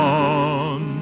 on